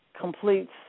completes